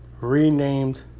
renamed